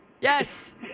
Yes